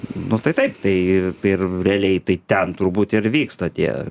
nu tai taip tai ir ir realiai tai ten turbūt ir vyksta tie